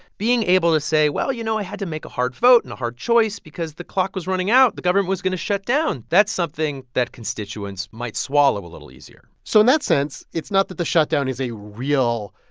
being able to say, well, you know, i had to make a hard vote and a hard choice because the clock was running out. the government was going to shut down that's something that constituents might swallow a little easier so in that sense, it's not that the shutdown is a real,